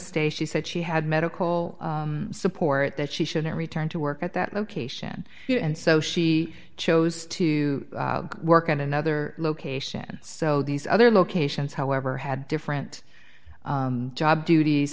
stay she said she had medical support that she should not return to work at that location and so she chose to work at another location so these other locations however had different job duties